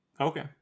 Okay